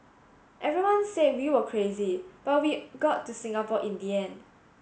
everyone said we were crazy but we got to Singapore in the end